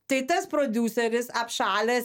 tai tas prodiuseris apšalęs